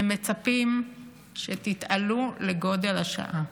ומצפים שתתעלו לגודל השעה.